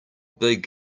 big